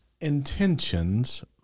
Intentions